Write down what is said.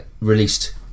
released